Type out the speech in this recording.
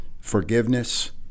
forgiveness